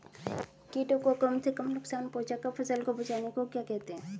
कीटों को कम से कम नुकसान पहुंचा कर फसल को बचाने को क्या कहते हैं?